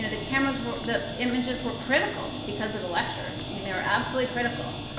and the cameras were the images were critical because of the lectures. i mean, they were absolutely critical.